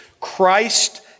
Christ